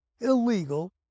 illegal